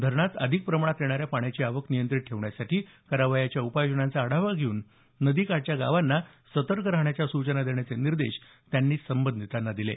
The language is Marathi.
धरणात अधिक प्रमाणात येणाऱ्या पाण्याची आवक नियंत्रित ठेवण्यासाठी करावयाच्या उपाययोजनांचा आढावा घेऊन नदीकाठच्या गावांना सतर्क राहण्याच्या सूचना देण्याचे निर्देशही त्यांनी यावेळी संबंधितांना दिले